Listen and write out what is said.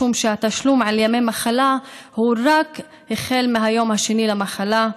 משום שהתשלום על ימי מחלה הוא רק החל מהיום השני למחלה.